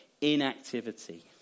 inactivity